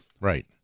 Right